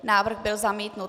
Návrh byl zamítnut.